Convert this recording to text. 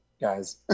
guys